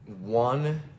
one